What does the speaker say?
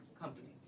company